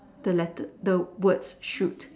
the let the white shoot